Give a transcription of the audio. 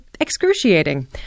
excruciating